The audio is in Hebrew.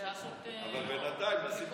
אבל בינתיים נשים תמונות.